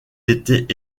était